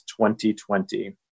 2020